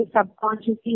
subconsciously